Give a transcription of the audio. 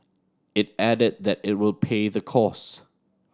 it added that it will pay the cost